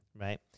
right